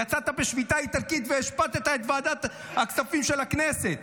יצאת בשביתה איטלקית והשבת את ועדת הכספים של הכנסת.